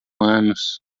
anos